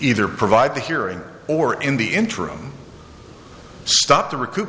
either provide the hearing or in the interim stop t